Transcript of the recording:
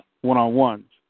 one-on-ones